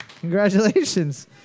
Congratulations